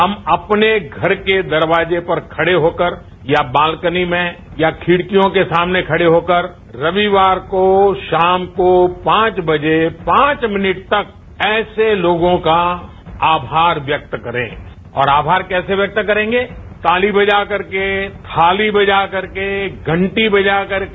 हम अपने घर के दरवाजे पर खड़े होकर या बाल्कनी में या खिडकियों के सामने खडे होकर रविवार को शाम को पांच बजे पांच मिनट तक ऐसे लोगों का आभार व्यक्त करें और आभार कैसे व्यक्त करेंगे ताली बजाकर के थाली बजाकर के घंटी बजाकर के